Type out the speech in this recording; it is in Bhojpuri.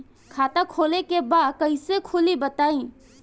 खाता खोले के बा कईसे खुली बताई?